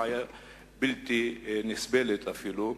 בעיה בלתי נסבלת אפילו.